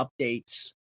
updates